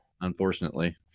unfortunately